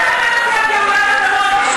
אל תלמד אותי על גאולת אדמות.